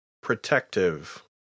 protective